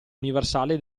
universale